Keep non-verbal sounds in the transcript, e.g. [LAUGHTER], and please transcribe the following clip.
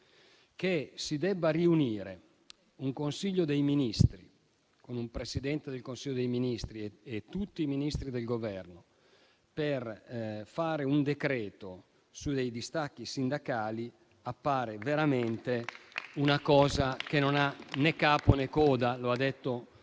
che si debba riunire un Consiglio dei ministri con un Presidente del Consiglio dei ministri e tutti i Ministri del Governo per fare un decreto su dei distacchi sindacali appare veramente una cosa che non ha né capo né coda. [APPLAUSE]